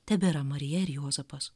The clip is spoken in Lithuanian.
tebėra marija ir juozapas